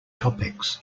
topics